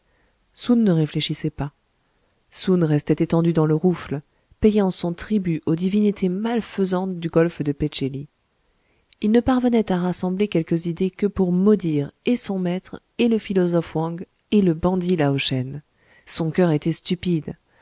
soun ne réfléchissait pas soun restait étendu dans le rouffle payant son tribut aux divinités malfaisantes du golfe de pé tchéli il ne parvenait à rassembler quelques idées que pour maudire et son maître et le philosophe wang et le bandit lao shen son coeur était stupide